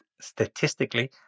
statistically